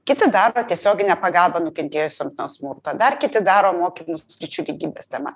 kiti daro tiesioginę pagalbą nukentėjusiom nuo smurto dar kiti daro mokymus sričių lygybės tema